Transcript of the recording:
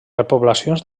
repoblacions